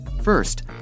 First